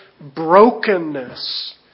brokenness